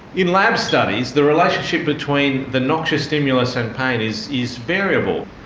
in lab studies, the relationship between the noxious stimulus and pain is is variable.